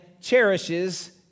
cherishes